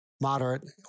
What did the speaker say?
moderate